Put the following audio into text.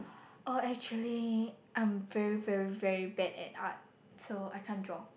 oh actually I am very very very bad at art so I can't draw